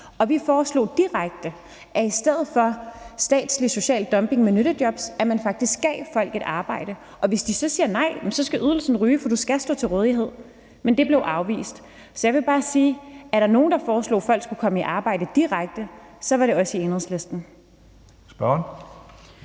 Vi foreslog direkte, at man i stedet for statslig social dumping med nyttejobs faktisk giver folk et arbejde, og hvis de siger nej, skal ydelsen ryge, for du skal stå til rådighed. Men det blev afvist. Så jeg vil bare sige, at var der nogen, der foreslog, at folk skulle komme i arbejde direkte, så var det os fra Enhedslisten. Kl.